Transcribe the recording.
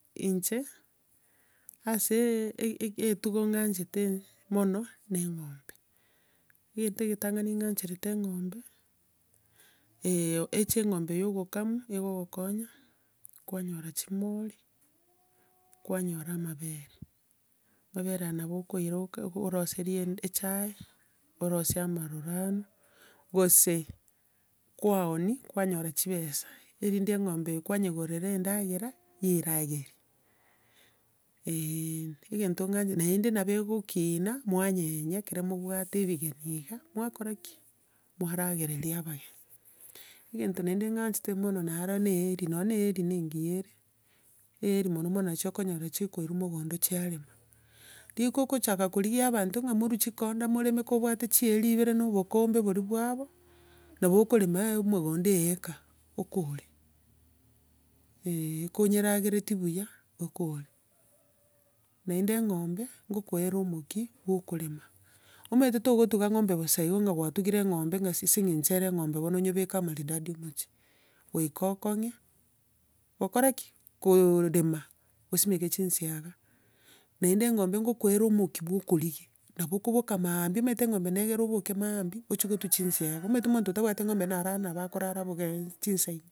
Inche, ase e- ege- etugo ng'anchete mono, na eng'ombe. Egento egetang'ani ng'ancherete engombe, eche eng'ombe ya okokama, ekogonkonya kwanyora chimori, kwanyora amabere, amabere aya, nabo okoira oroserie echae, orosie amarurana, gose, kwaonia, kwanyora chibesa, erinde eng'ombe kwanyegorera endagera, yaeragerie, eeh. Egento ng'anchete naende nabo egokina, mwanyenya ekero mobwate ebigeni iga, mwakora ki? Mwaragereria abageni. Egento naende ng'anchete mono, naaro na eeri, nonya na eeri na engiya ere, eeri mono mono nachio okonyora chikoirwa mogondo chiarema. Rika ogochaka korigia abanto ng'a morwe chikondo morema ka obwate chieeri ibere na obokombe boriaa bwabo, nabo okorema omogonda eeka okore, eeh, konyeragereretie buya, okore. Naenda eng'ombe ngokoa ere omokia bwa okorema, omanyete, togotuga ng'ombe bosa igo ng'a gwatugire eng'ombe ng'a ase ase engencho niga ere eng'ombe, onyebeke amaridadi omochie. Goika okong'e, okore ki? Koorema osimeke chisiaga, naende eng'ombe nkokoere omokia bwa okorigia, nabo okoboka mambia, omanyete eng'ombe na egere oboke maambia ochie gotwa chisiaga, omanyete omonto otabwati ng'ombe narara nabo akorara aboke chinsa inye.